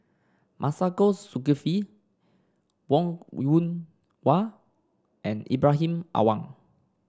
Masagos Zulkifli Wong Yoon Wah and Ibrahim Awang